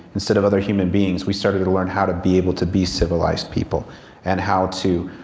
instead of other human beings, we started to learn how to be able to be civilized people and how to